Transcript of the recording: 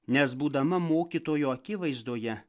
nes būdama mokytojo akivaizdoje